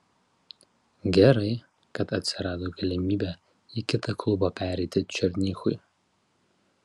gerai kad atsirado galimybė į kitą klubą pereiti černychui